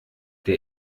der